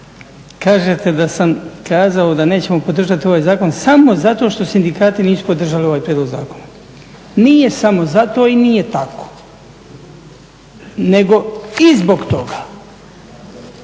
Kažete da sam kazao da nećemo podržati ovaj Zakon samo zato što sindikati nisu podržali ovaj prijedlog zakona. Nije samo zato i nije tako, nego i zbog toga.